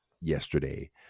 yesterday